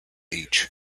each